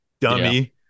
dummy